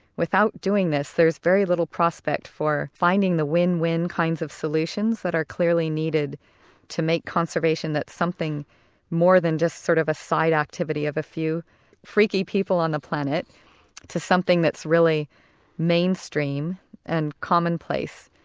without doing this, there's very little prospect for finding the win-win kinds of solutions that are clearly needed to make conservation that's something more than just sort of a side activity of a few freaky people on the planet to something that's really mainstream and commonplace,